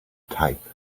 type